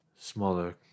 smaller